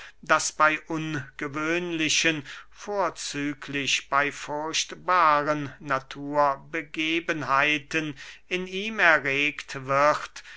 das bey ungewöhnlichen vorzüglich bey furchtbaren naturbegebenheiten in ihm erregt wird